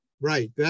right